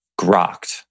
grokked